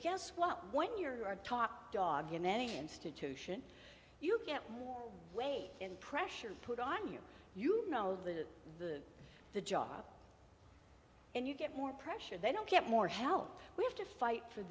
guess what when you're top dog in any institution you can't wait and pressure put on you you know the the the job and you get more pressure they don't get more help we have to fight for